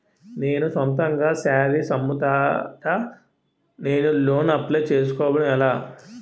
నేను సొంతంగా శారీస్ అమ్ముతాడ, నేను లోన్ అప్లయ్ చేసుకోవడం ఎలా?